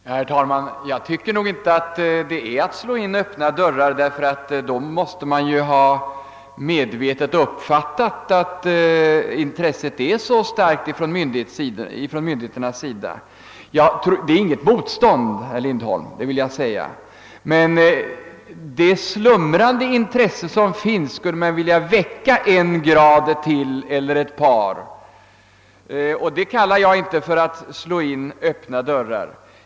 Herr talman! Jag tycker nog inte att man kan tala om att slå in öppna dörrar här. I så fall måste man ju medvetet ha uppfattat att intresset från myndigheternas sida är så starkt. Det är inte fråga om något motstånd, herr Lindholm, det vill jag säga. Men det slumrande intresse som finns skulle man vilja väcka och öka en eller ett par grader. Det kallar jag inte att slå in öppna dörrar.